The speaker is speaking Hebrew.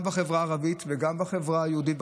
גם בחברה הערבית וגם בחברה היהודית,